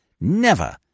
Never